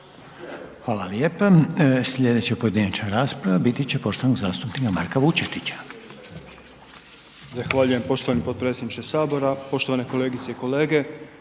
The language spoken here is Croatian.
Hvala lijepa. Slijedeća pojedinačna rasprava biti će poštovanog zastupnika Marka Vučetića. **Vučetić, Marko (Nezavisni)** Zahvaljujem poštovani potpredsjedniče sabora. Poštovane kolegice i kolege,